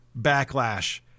backlash